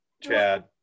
Chad